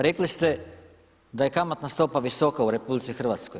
Rekli ste da je kamatna stopa visoka u RH.